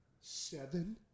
Seven